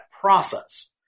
process